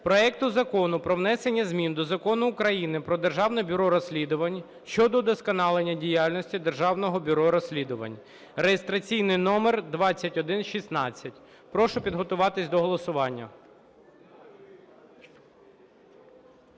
проекту Закону про внесення змін до Закону України "Про Державне бюро розслідувань" щодо удосконалення діяльності Державного бюро розслідувань, (реєстраційний номер 2116). Прошу підготуватись до голосування.